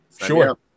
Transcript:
Sure